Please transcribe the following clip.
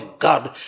God